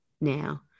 now